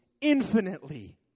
infinitely